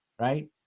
Right